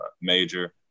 major